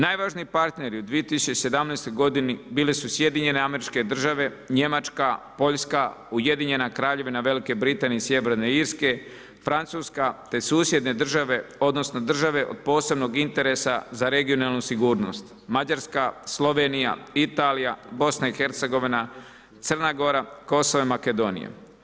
Najvažniji partneri u 2017. godini bili su SAD, Njemačka, Poljska, UK Velike Britanije i Sjeverne Irske, Francuska te susjedne države odnosno države od posebnog interesa za regionalnu sigurnost Mađarska, Slovenija, Italija, BiH, Crna Gora, KOsovo i Makedonija.